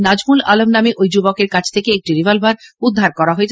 নাজমুল আলম নামে ওই যুবকের কাছ থেকে একটি রিভলবার উদ্ধার হয়েছে